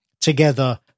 together